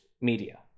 media